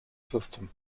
system